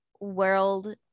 world